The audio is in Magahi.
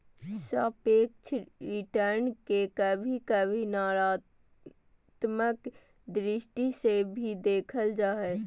सापेक्ष रिटर्न के कभी कभी नकारात्मक दृष्टि से भी देखल जा हय